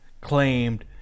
claimed